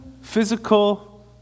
physical